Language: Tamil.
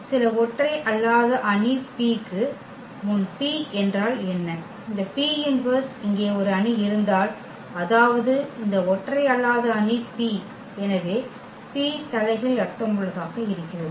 சில ஒற்றை அல்லாத அணி P க்கு முன் P என்றால் என்ன இந்த P−1 இங்கே ஒரு அணி இருந்தால் அதாவது இந்த ஒற்றை அல்லாத அணி P எனவே P தலைகீழ் அர்த்தமுள்ளதாக இருக்கிறது